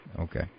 Okay